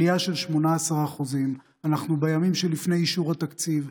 עלייה של 18%. אנחנו בימים שלפני אישור התקציב,